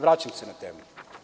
Vraćam se na temu.